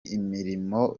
imirimo